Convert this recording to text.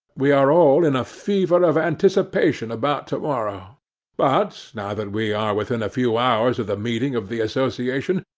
we are all in a fever of anticipation about to-morrow but, now that we are within a few hours of the meeting of the association,